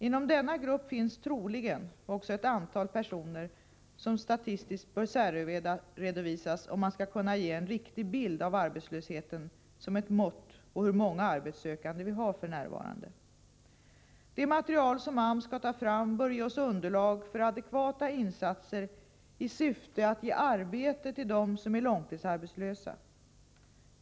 Inom denna grupp finns troligen också ett antal personer som statistiskt bör särredovisas om man skall kunna ge en riktig bild av arbetslösheten som ett mått på hur många arbetssökande vi för närvarande har. Det material som AMS skall ta fram bör ge oss underlag för adekvata insatser i syfte att ge arbete till dem som är långtidsarbetslösa.